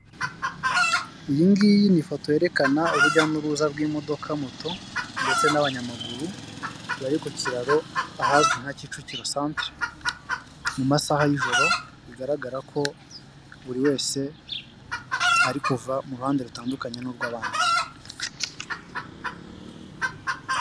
Iyi ngiyi ni ifoto yerekana urujya n'uruza rw'imodoka, moto ndetse n'abanyamaguru bari ku kiraro, bahazwi nka Kicukiro centre, mu masaha y'ijoro, bigaragara ko buri wese ari kuva mu ruhande rutandukanye n'urw'abandi.